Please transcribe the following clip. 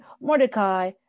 Mordecai